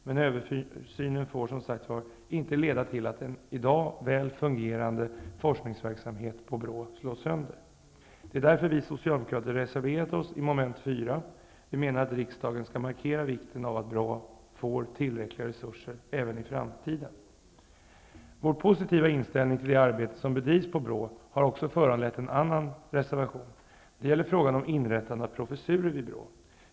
Men översynen får som sagt var inte leda till att en i dag väl fungerande forskningsverksamhet på BRÅ slås sönder. Det är därför vi socialdemokrater har reserverat oss i mom. 4. Vi menar att riksdagen skall markera vikten av att BRÅ får tillräckliga resurser även i framtiden. Vår positiva inställning till det arbete som bedrivs på BRÅ har också föranlett en annan reservation. Det gäller frågan om inrättande av professurer vid BRÅ.